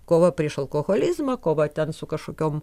kova prieš alkoholizmą kova ten su kažkokiom